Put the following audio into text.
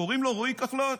קוראים רועי כחלון.